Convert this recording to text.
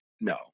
No